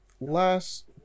Last